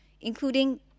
including